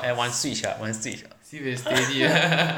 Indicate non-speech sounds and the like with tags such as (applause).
add one switch ah one switch (laughs)